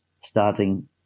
starting